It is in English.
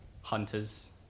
hunters